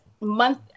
Month